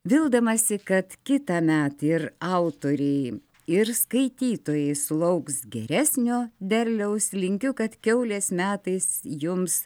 vildamasi kad kitąmet ir autoriai ir skaitytojai sulauks geresnio derliaus linkiu kad kiaulės metais jums